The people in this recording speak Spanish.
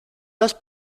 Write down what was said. los